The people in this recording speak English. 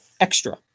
extra